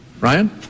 Ryan